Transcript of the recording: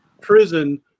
prison